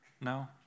No